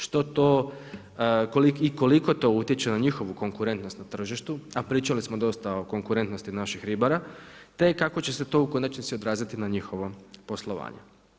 Što to i koliko to utječe na njihovu konkurentnost na tržištu, a pričali smo dosta o konkurentnosti naših ribara, te kako će se to u konačnici odraziti na njihovo poslovanje.